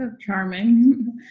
charming